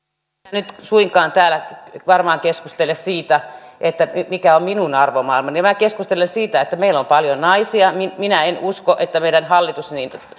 nyt suinkaan täällä varmaan keskustele siitä mikä on minun arvomaailmani minä keskustelen siitä että meillä on paljon naisia ja minä en usko että meidän hallitus niin